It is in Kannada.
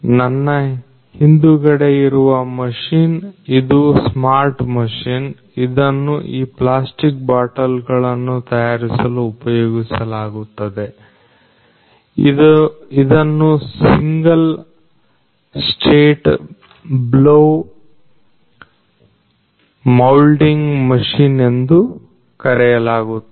ನನ್ನ ಹಿಂದುಗಡೆ ಇರುವ ಮಷೀನ್ ಇದು ಸ್ಮಾರ್ಟ್ ಮಷೀನ್ ಇದನ್ನು ಈ ಪ್ಲಾಸ್ಟಿಕ್ ಬಾಟಲ್ ಗಳನ್ನು ತಯಾರಿಸಲು ಉಪಯೋಗಿಸಲಾಗುತ್ತದೆ ಇದನ್ನು single state blow moulding machine ಎಂದು ಕರೆಯಲಾಗುತ್ತದೆ